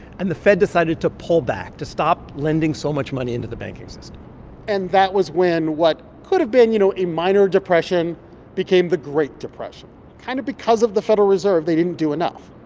and the fed decided to pull back, to stop lending so much money into the banking system and that was when what could've been, you know, a minor depression became the great depression kind of because of the federal reserve. they didn't do enough.